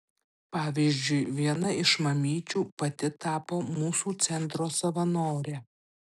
pavyzdžiui viena iš mamyčių pati tapo mūsų centro savanore